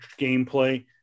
gameplay